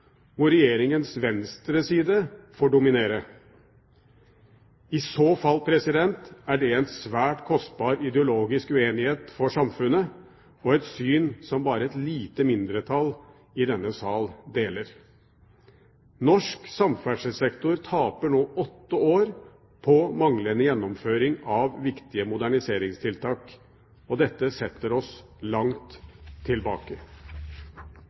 hvor Regjeringens venstreside får dominere? I så fall er det en svært kostbar ideologisk uenighet for samfunnet og et syn som bare et lite mindretall i denne sal deler. Norsk samferdselssektor taper nå åtte år på manglende gjennomføring av viktige moderniseringstiltak. Dette setter oss langt tilbake.